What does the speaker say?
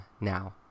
now